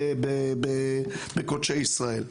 בקודשי ישראל.